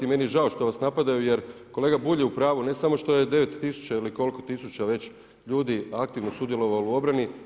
I meni je žao što vas napadaju, jer kolega Bulj je u pravu ne samo što je 9 tisuća ili koliko tisuća već ljudi aktivno sudjelovalo u obrani.